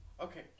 okay